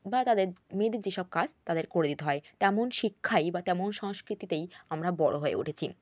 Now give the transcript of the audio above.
বা তাদের মেয়েদের যেসব কাজ তাদের করে দিতে হয় তেমন শিক্ষাই বা তেমন সংস্কৃতিতেই আমরা বড় হয়ে উঠেছি